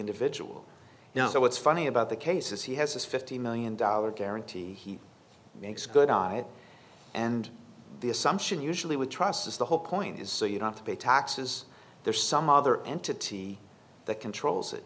individual you know what's funny about the case is he has this fifty million dollars guarantee he makes a good guy and the assumption usually with trust is the whole point is so you have to pay taxes there's some other entity that controls it